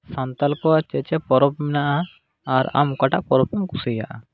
ᱥᱟᱱᱛᱟᱞ ᱠᱚᱣᱟᱜ ᱪᱮᱫ ᱪᱮᱫ ᱯᱚᱨᱚᱵᱽ ᱢᱮᱱᱟᱜᱼᱟ ᱟᱨ ᱟᱢ ᱚᱠᱟᱴᱟᱜ ᱯᱚᱨᱚᱵᱽ ᱮᱢ ᱠᱩᱥᱤᱭᱟᱜᱼᱟ